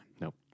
Nope